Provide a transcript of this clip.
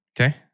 Okay